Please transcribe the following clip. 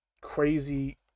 crazy